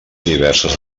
diverses